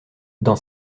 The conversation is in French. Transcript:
dans